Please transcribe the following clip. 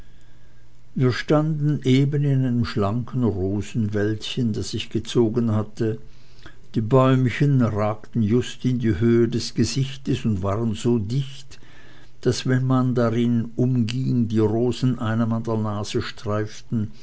wir standen eben in einem schlanken rosenwäldchen das ich gezogen hatte die bäumchen ragten just in die höhe des gesichtes und waren so dicht daß wenn man darin herumging die rosen einem an der nase streiften